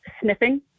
sniffing